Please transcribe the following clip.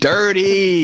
Dirty